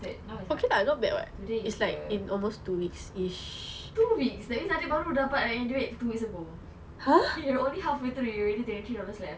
now is what today is the two weeks that means that time baru sahaja dapat duit in two weeks ago you're only halfway through you're already twenty three dollars left